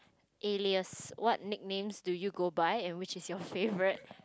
alias what nicknames do you go by and which is your favourite